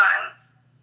months